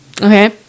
okay